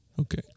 Okay